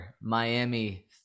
Miami